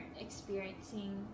experiencing